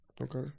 Okay